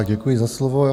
Děkuji za slovo.